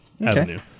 avenue